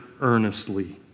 earnestly